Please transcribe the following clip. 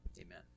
amen